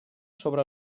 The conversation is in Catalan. sobre